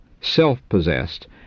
self-possessed